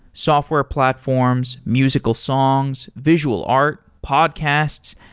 software platforms, musical songs, visual art, podcasts,